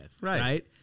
Right